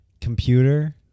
computer